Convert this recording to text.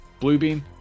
Bluebeam